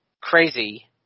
crazy